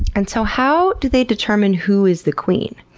and so how do they determine who is the queen?